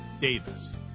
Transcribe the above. Davis